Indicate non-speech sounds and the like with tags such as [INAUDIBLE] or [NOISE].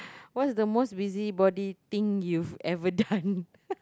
what's the most busybody thing you've ever done [LAUGHS]